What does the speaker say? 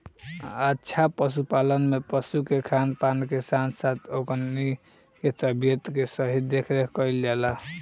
अच्छा पशुपालन में पशु के खान पान के साथ साथ ओकनी के तबियत के सही देखरेख कईल जाला